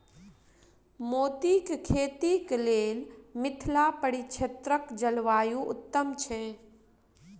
मोतीक खेती केँ लेल मिथिला परिक्षेत्रक जलवायु उत्तम छै?